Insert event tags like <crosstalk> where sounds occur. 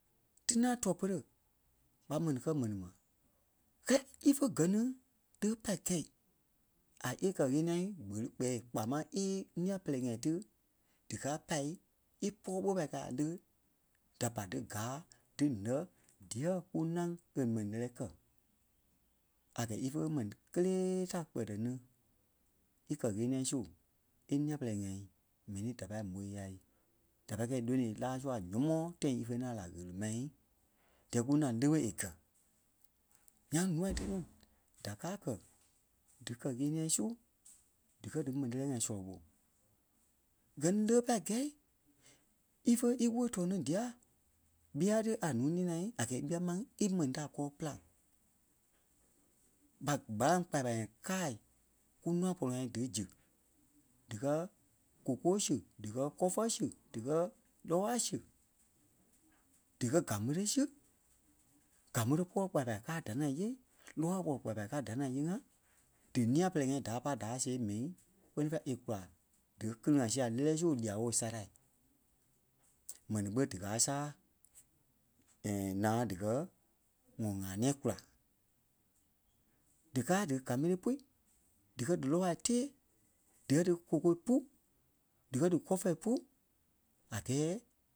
tínaa tuɛ-pere ɓa mɛni kɛ́ m̀ɛni ma. Kɛɛ ífe gɛ́ ni tí pâi kɛ̂i a é kɛ-ɣeniɛ kpeli kpɛɛ kpaa máŋ í nîa-pɛlɛɛ ŋai tí díkaa pâi ípɔɔ wo pa kaa a lé da pa dí gáa dí nɛ̂ diyɛɛ kú ǹâŋ e mɛni lɛ́lɛɛ kɛ́. Íkɛ ífe mɛni kelee da kpɛ́tɛ ni íkɛ ɣeniɛ su í nîa-pɛlɛɛ ŋai mɛni da pâi m̀ôi yai. Da pâi kɛ̂i lónoi í láa su a nyɔmɔɔ tãi ífe la ɣele mɛi díyɛɛ kú nâŋ le ɓé é gɛ̀. Ńyaŋ ǹuai <noise> da káa kɛ̀ dí kɛ-ɣeniɛ su díkɛ dí mɛni lɛ́lɛ-ŋai sɔlɔ ɓó. Gɛ ní le ɓé pâi kɛ̂i ífe íwoli tɔɔ ni dia ɓîa tí a ǹúui nina a gɛɛ ɓîa máŋ í mɛni da kɔɔ-pîlaŋ. ɓa gbalaŋ kpaya-kpaya ŋai kâai kú nûa pɔlɔ-ŋai dí zi díkɛ koko si díkɛ kɔfɛ si díkɛ lɔwa si díkɛ gaŋmele si. Gaŋmele kpɔlɔ kpaya-kpaya káa da ni ŋai nyée, lowa wɔlɔ kpaya-kpaya káa da ní ŋa nyéei-ŋa dí nîa-pɛlɛɛ-ŋai da pa da see mɛi kpɛni fêi é kula dí kili-ŋa sia lɛ́lɛɛ su lia-woo sârai. Mɛni ɓé dí kaa saa <hesitation> naa díkɛ ŋɔ ŋaa-nɛ̃ɛ kula. Díkaa dí gaŋmele pui, díkɛ dí lɔwa tée, díkɛ dí koko pú, díkɛ dí kofɛ pú a gɛɛ